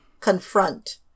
confront